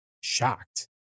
Shocked